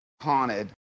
Haunted